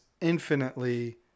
infinitely